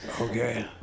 Okay